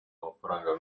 amafaranga